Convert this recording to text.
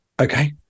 Okay